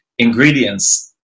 ingredients